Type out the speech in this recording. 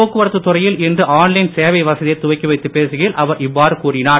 போக்குவரத்து துறையில் இன்று ஆன்லைன் சேவை வசதியைத் துவக்கி வைத்துப் பேசுகையில் அவர் இவ்வாறு கூறினார்